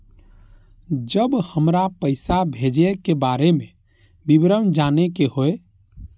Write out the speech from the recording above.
जब हमरा पैसा भेजय के बारे में विवरण जानय के होय?